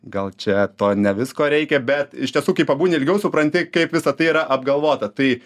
gal čia to ne visko reikia bet iš tiesų kai pabūni ilgiau supranti kaip visa tai yra apgalvota tai